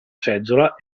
seggiola